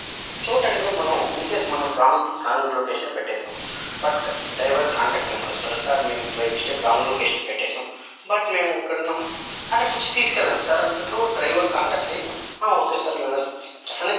చోట్ అనేది కూడా మనం ఇన్కేస్ మనం రాంగ్ రాంగ్ లొకేషనే పెట్టేసాం బట్ డ్రైవర్ కాంటాక్ట్ నంబర్ వస్తుంది సార్ మేము బై మిస్టేక్ రాంగ్ లొకేషనే పెట్టేసాం బట్ మేము ఇక్కడ ఉన్నాం అక్కడకొచ్చి తీసుకెళ్ళండి సార్ అని చెప్పిన కూడా డ్రైవర్ కాంటాక్టయి ఓకే సార్ మేము అని